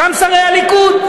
גם שרי הליכוד.